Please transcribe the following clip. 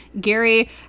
gary